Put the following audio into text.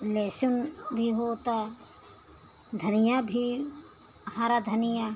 लेहसुन भी होता धनिया भी हरा धनिया